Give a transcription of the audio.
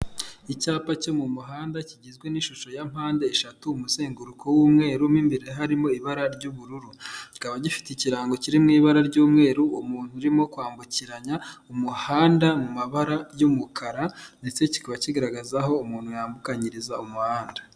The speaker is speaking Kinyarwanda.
Icyapa cyo mu muhanda kigizwe n'ishusho ya mpande eshatu, umusenguruko w'umweru mo imbere harimo ibara ry'ubururu. Kikaba gifite ikirango kiri mu ibara ry'umweru, umuntu urimo kwambukiranya umuhanda mu mabara y'umukara ndetse kikaba kigaragaza aho umuntu yambukanyiriza umuhanda.